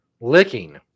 licking